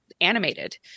animated